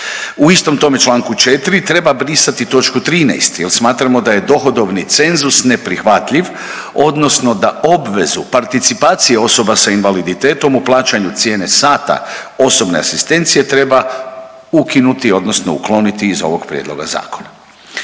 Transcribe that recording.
U istom tome čl. 4 treba brisati toč. 13 jer smatramo da je dohodovni cenzus neprihvatljiv odnosno da obvezu participacije osoba s invaliditetom u plaćanju cijene sata osobne asistencije treba ukinuti odnosno ukloniti iz ovog Prijedloga zakona.